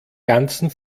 ganzen